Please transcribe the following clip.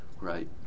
Right